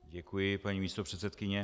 Děkuji, paní místopředsedkyně.